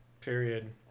Period